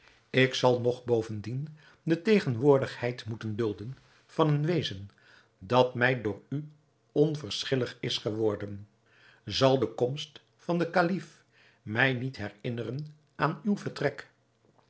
ik zal nog bovendien de tegenwoordigheid moeten dulden van een wezen dat mij door u onverschillig is geworden zal de komst van den kalif mij niet herinneren aan uw vertrek